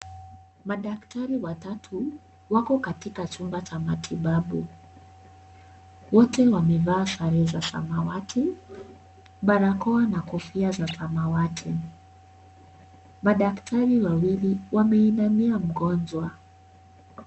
Madaktari watatu wako katika chumba cha matibabu. Wote wamevaa sare za samawati, barakoa na kofia za samawati. Madktari wawili wameinamia mgonjwa.